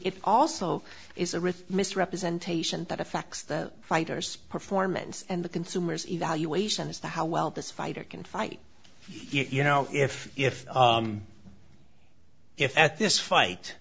it also is a rich misrepresentation that affects the fighters performance and the consumer's evaluation is the how well this fighter can fight you know if if if at this fight